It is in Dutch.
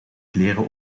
kleren